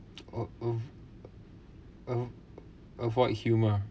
a a a avoid humour